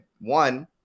One